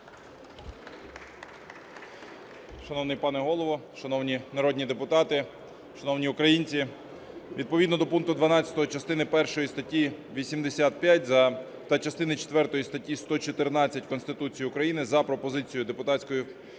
Шановний пане Голово, шановні народні депутати, шановні українці! Відповідно до пункту 12 частини першої статті 85 та частини четвертої статті 114 Конституції України, за пропозицією депутатської фракції